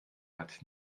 hat